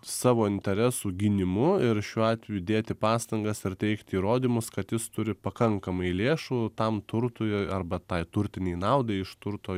savo interesų gynimu ir šiuo atveju dėti pastangas ar teikti įrodymus kad jis turi pakankamai lėšų tam turtui arba tai turtinei naudai iš turto